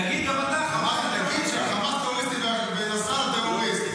תגיד גם אתה: חמאס טרוריסטים.